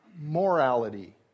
morality